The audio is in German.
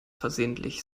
versehentlich